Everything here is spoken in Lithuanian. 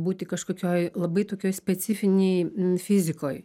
būti kažkokioj labai tokioj specifinėj fizikoj